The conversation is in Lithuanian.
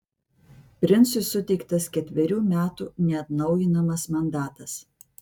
princui suteiktas ketverių metų neatnaujinamas mandatas